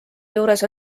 juures